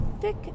thick